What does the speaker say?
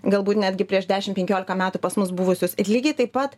galbūt netgi prieš dešimt penkiolika metų pas mus buvusius ir lygiai taip pat